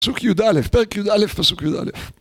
פסוק יא, פרק יא פסוק יא